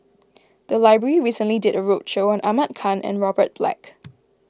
the library recently did a roadshow on Ahmad Khan and Robert Black